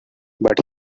but